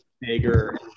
bigger